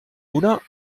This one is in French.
moulin